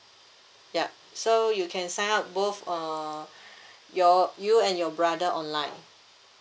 ya so you can sign up both uh your you and your brother online